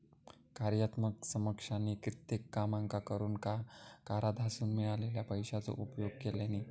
कार्यात्मक समकक्षानी कित्येक कामांका करूक कराधानासून मिळालेल्या पैशाचो उपयोग केल्यानी